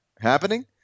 happening